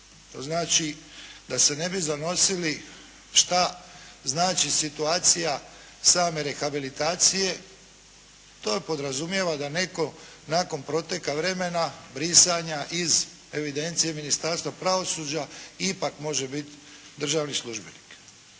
To znači da se ne bi zanosili šta znači situacija same rehabilitacije, to podrazumijeva da netko nakon proteka vremena brisanja iz evidencije Ministarstva pravosuđa ipak može biti državni službenik.